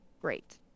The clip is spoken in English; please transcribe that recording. great